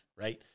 right